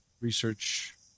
research